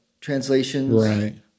translations